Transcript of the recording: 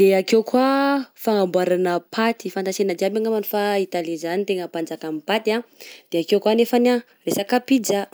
de akeo koa fagnamboaragna paty, fantansika jiaby angamba fa Italia zany tegna manjakan'ny paty ah, de akeo ko nefany ah resaka pizza.